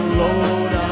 load